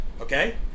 okay